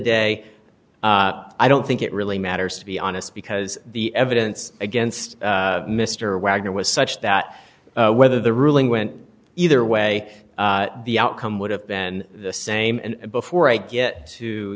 day i don't think it really matters to be honest because the evidence against mr wagner was such that whether the ruling went either way the outcome would have been the same and before i get to